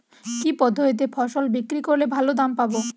কি পদ্ধতিতে ফসল বিক্রি করলে ভালো দাম পাব?